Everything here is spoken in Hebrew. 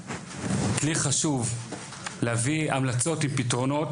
הזאתי כלי חשוב להביא המלצות עם פתרונות,